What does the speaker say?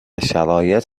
شرایط